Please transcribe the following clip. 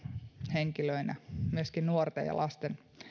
henkilöinä nuorten ja lasten